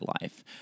life